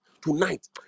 tonight